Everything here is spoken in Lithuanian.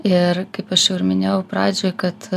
ir kaip aš jau ir minėjau pradžioj kad